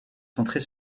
centrée